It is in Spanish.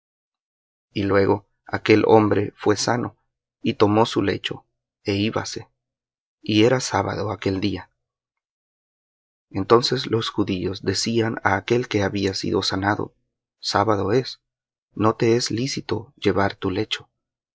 y luego aquel hombre fué sano y tomó su lecho é íbase y era sábado aquel día entonces los judíos decían á aquel que había sido sanado sábado es no te es lícito llevar tu lecho